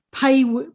pay